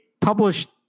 published